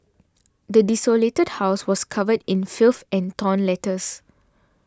the desolated house was covered in filth and torn letters